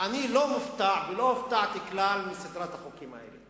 אני לא מופתע ולא הופתעתי כלל מסדרת החוקים האלה,